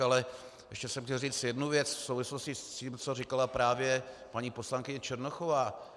Ale ještě jsem chtěl říct jednu věc v souvislosti s tím, co říkala právě paní poslankyně Černochová.